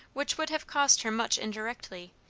which would have cost her much indirectly,